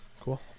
Cool